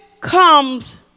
comes